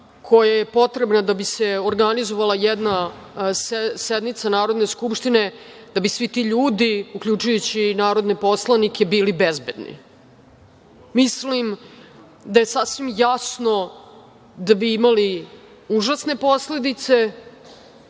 koja je potrebna da bi se organizovala jedne sednica Narodne skupštine, da bi svi ti ljudi, uključujući i narodne poslanike, bili bezbedni. Mislim da je sasvim jasno da bi imali užasne posledice,